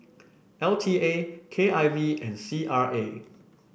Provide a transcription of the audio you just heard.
L T A K I V and C R A